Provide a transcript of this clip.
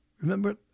Remember